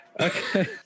Okay